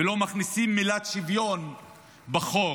ולא מכניסים את המילה שוויון בחוק.